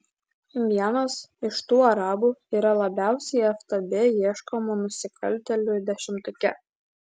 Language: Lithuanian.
vienas iš tų arabų yra labiausiai ftb ieškomų nusikaltėlių dešimtuke